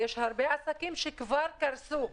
יש הרבה עסקים שכבר קרסו.